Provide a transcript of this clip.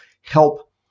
help